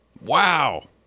Wow